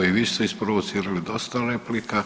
Evo, i vi ste isprovocirali dosta replika.